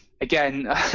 again